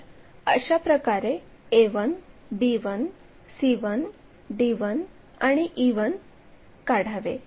तर a1 b1 c1 d1 आणि e1 अशाप्रकारे आपण हे काढावे